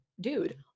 dude